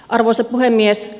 arvoisa puhemies